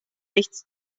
nichts